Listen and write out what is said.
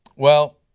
well,